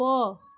போ